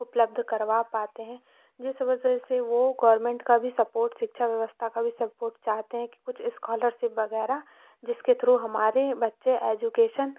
उपलब्ध करवा पाते हैं जिस वजह से वो गोवर्मेंट का भी सपोर्ट शिक्षा व्यवस्था का भी सपोर्ट चाहते हैं कि कुछ स्कॉलरसिप वग़ैरह जिसके थ्रू हमारे बच्चे एजुकेशन